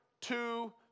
two